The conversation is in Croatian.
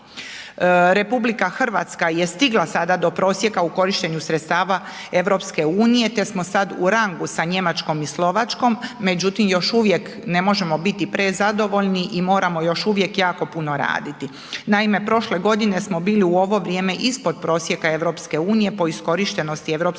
žalbi. RH je stigla sada do prosjeka u korištenju sredstava EU, te smo sad u rangu sa Njemačkom i Slovačkom, međutim još uvijek ne možemo biti prezadovoljni i moramo još uvijek jako puno raditi. Naime, prošle godine smo bili u ovo vrijeme ispod prosjeka EU po iskorištenosti